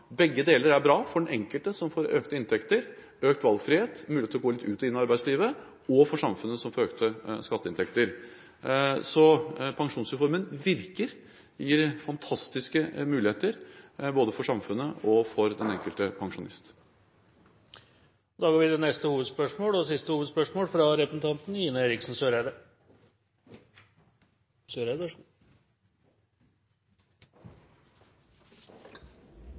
Begge deler er bra for den enkelte, som får økte inntekter og økt valgfrihet, med mulighet til å gå litt ut og inn av arbeidslivet, og for samfunnet, som får økte skatteinntekter. Så pensjonsreformen virker og gir fantastiske muligheter, både for samfunnet og for den enkelte pensjonist. Da går vi til neste og siste hovedspørsmål.